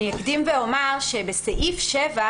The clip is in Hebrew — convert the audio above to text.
אני אקדים ואומר שבסעיף 7,